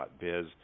biz